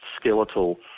skeletal